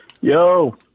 Yo